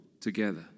together